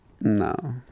No